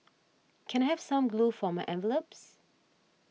can I have some glue for my envelopes